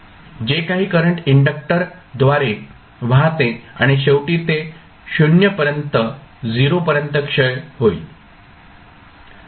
जे काही करंट इंडक्टक्टरद्वारे वाहते आणि शेवटी ते 0 पर्यंत क्षय होईल